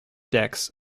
decks